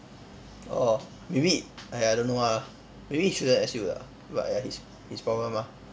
orh maybe !aiya! don't know ah maybe he shouldn't S_U lah but ya his his problem ah